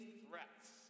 threats